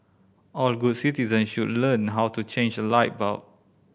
all good citizens should learn how to change a light bulb